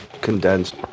condensed